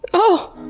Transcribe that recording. oh!